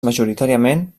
majoritàriament